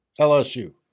LSU